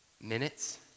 minutes